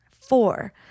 Four